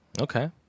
Okay